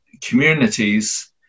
communities